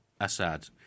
Assad